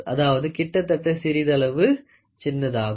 அதாவது கிட்டத்தட்ட சிறிதளவு சின்னதாகும்